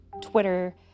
Twitter